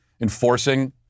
enforcing